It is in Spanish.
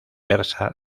versa